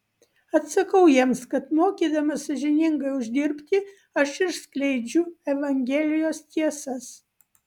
atsakau jiems kad mokydamas sąžiningai uždirbti aš ir skleidžiu evangelijos tiesas